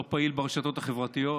פעיל ברשתות החברתיות,